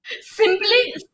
Simply